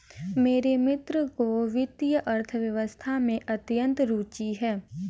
मेरे मित्र को वित्तीय अर्थशास्त्र में अत्यंत रूचि है